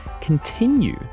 continue